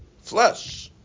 flesh